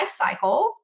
lifecycle